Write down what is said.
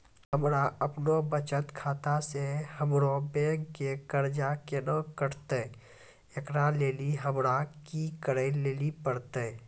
हमरा आपनौ बचत खाता से हमरौ बैंक के कर्जा केना कटतै ऐकरा लेली हमरा कि करै लेली परतै?